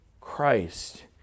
Christ